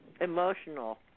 emotional